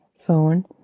phone